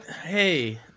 Hey